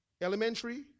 elementary